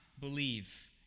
believe